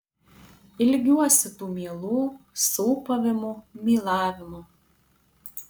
ilgiuosi tų mielų sūpavimų mylavimų